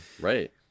right